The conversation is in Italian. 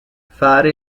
fare